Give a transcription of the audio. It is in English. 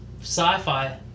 sci-fi